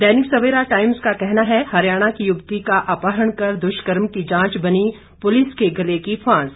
दैनिक Savera Times का कहना है हरियाणा की युवती के अपहरण कर दुष्कर्म की जांच बनी पुलिस के गले की फांस